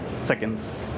seconds